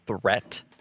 threat